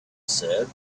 said